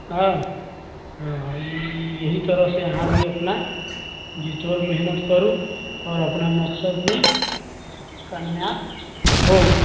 हँ यही तरह से अहाँ भी अपना जीतोड़ मेहनत करू और अपना मकशद मे कामयाब होउ